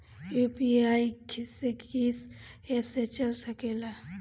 UPI किस्से कीस app से चल सकेला?